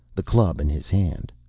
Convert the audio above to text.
the club in his hand,